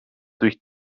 durch